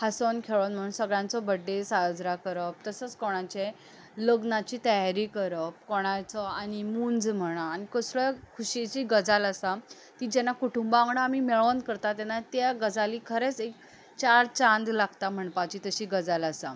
हांसोन खेळून म्हण सगळ्यांचो बर्थडे साजरा करप तसोच कोणांचें लग्नाची तयारी करप कोणाचो आनी मूंज म्हणा आनी कसलो खुशयेची गजाल आसा ती जेन्ना कुटुंबा वांगडा आमी मेळोन करता तेन्ना त्या गजालीक खरेंच एक चार छांद लागता म्हणपाची तशी गजाल आसा